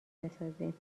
بسازیم